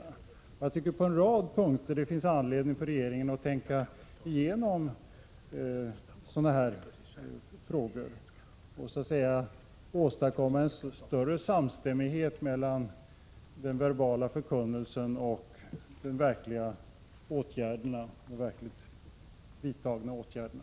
Jag tycker att det på en rad punkter finns anledning för regeringen att tänka igenom sådana frågor och så att säga åstadkomma en större samstämmighet mellan den verbala förkunnelsen och de vidtagna åtgärderna.